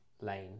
Lane